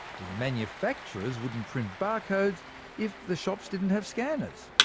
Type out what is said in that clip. the manufacturers wouldn't print barcodes if the shops didn't have scanners,